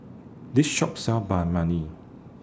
This Shop sells Banh Mani